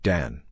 Dan